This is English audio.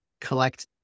collect